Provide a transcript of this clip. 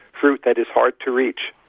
fruit that is hard to reach,